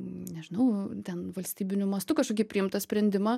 nežinau ten valstybiniu mastu kažkokį priimtą sprendimą